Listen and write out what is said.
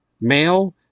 male